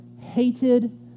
hated